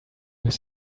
his